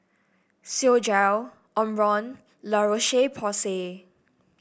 Physiogel Omron La Roche Porsay